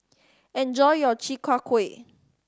enjoy your Chi Kak Kuih